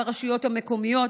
ברשויות המקומיות,